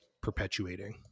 perpetuating